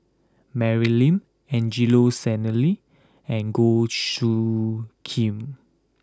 Mary Lim Angelo Sanelli and Goh Soo Khim